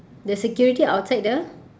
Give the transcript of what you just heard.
the security outside the